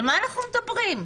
על מה אנחנו מדברים?!